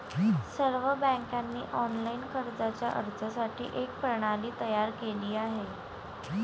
सर्व बँकांनी ऑनलाइन कर्जाच्या अर्जासाठी एक प्रणाली तयार केली आहे